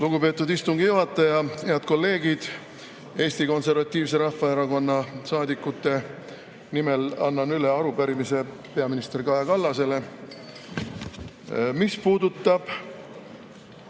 Lugupeetud istungi juhataja! Head kolleegid! Eesti Konservatiivse Rahvaerakonna saadikute nimel annan üle arupärimise peaminister Kaja Kallasele. See puudutab